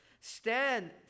Stand